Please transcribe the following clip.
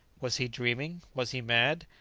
was he dreaming? was he mad?